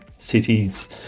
cities